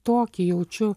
tokį jaučiu